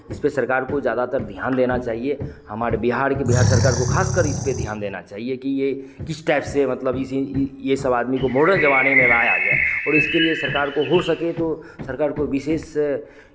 इसपे सरकार को ज़्यादातर ध्यान देना चाहिए हमारे बिहार की बिहार सरकार को खास कर इसपे ध्यान देना चाहिए कि ये किस टाइप से मतलब इसे ये सब आदमी को मोडन ज़माने में लाया जाए और इसके लिए सरकार को हो सके तो सरकार को विशेष